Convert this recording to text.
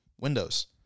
windows